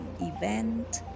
event